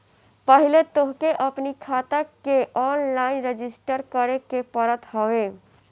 पहिले तोहके अपनी खाता के ऑनलाइन रजिस्टर करे के पड़त हवे